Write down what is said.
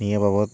ᱱᱤᱭᱟᱹ ᱵᱟᱵᱚᱫ